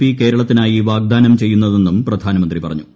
P കേരളത്തിനായി വാഗ്ദാനം ചെയ്യുന്നതെന്നും പ്രധാനമന്ത്രി പറഞ്ഞു